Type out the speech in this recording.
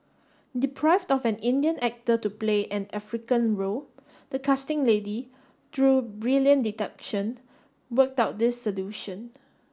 deprived of an Indian actor to play an African role the casting lady through brilliant deduction worked out this solution